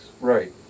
Right